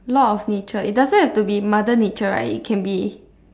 law of nature it doesn't have to be mother nature right it can be